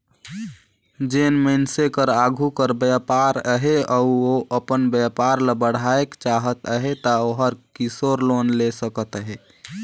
जेन मइनसे कर आघु कर बयपार अहे अउ ओ अपन बयपार ल बढ़ाएक चाहत अहे ता ओहर किसोर लोन ले सकत अहे